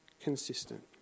consistent